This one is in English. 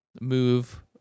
move